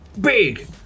big